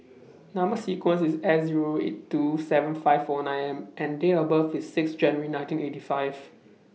Number sequence IS S Zero eight two seven five four nine M and Date of birth IS six January nineteen eighty five